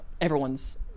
everyone's